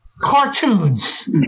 Cartoons